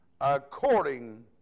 according